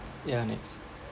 ya next